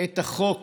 את החוק